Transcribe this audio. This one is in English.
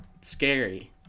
Scary